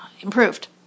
improved